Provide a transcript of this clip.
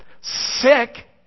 sick